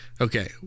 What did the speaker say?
Okay